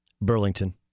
Burlington